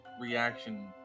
reaction